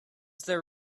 there